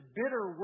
bitter